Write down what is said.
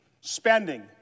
spending